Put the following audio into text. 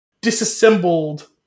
disassembled